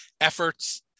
efforts